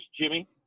Jimmy